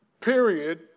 Period